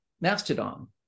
Mastodon